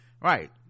Right